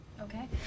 Okay